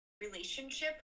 relationship